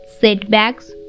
setbacks